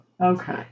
Okay